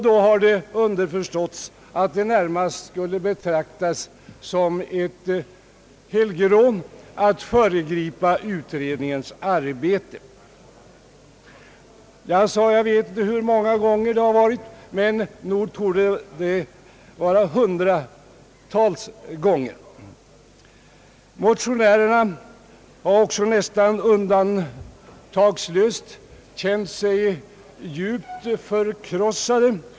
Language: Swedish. Det har då underförståtts att det närmast skulle betraktas som ett helgerån att föregripa utredningens arbete. Jag vet som sagt inte hur många gånger detta har hänt, men det torde vara hundratals gånger. Motionärerna har också nästan undantagslöst känt sig djupt förkrossade.